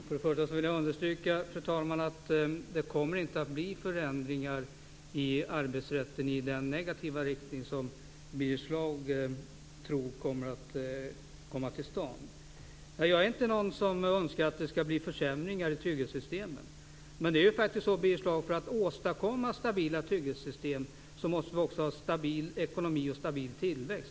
Fru talman! Jag vill understryka att det inte kommer att bli några förändringar i arbetsrätten i den negativa riktning som Birger Schlaug tror. Jag önskar inte några försämringar i trygghetssystemen. För att åstadkomma stabila trygghetssystem, Birger Schlaug, måste det också finnas stabil ekonomi och tillväxt.